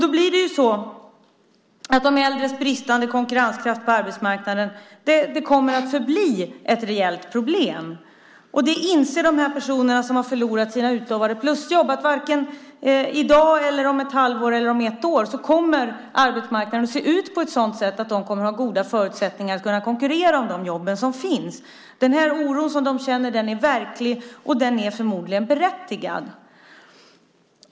De äldres bristande konkurrenskraft på arbetsmarknaden kommer att förbli ett reellt problem. Det inser de personer som har förlorat sina utlovade plusjobb. Varken i dag, om ett halvår eller om ett år kommer arbetsmarknaden att se ut på ett sådant sätt att de kommer att ha goda förutsättningar att kunna konkurrera om de jobb som finns. Den oro som de känner är verklig, och den är förmodligen berättigad.